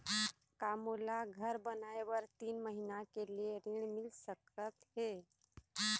का मोला घर बनाए बर तीन महीना के लिए ऋण मिल सकत हे?